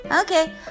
Okay